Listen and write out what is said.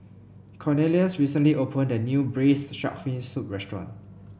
Cornelius recently opened a new Braised Shark Fin Soup restaurant